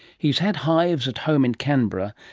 he's had hives at home in canberra,